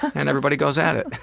and everybody goes at it.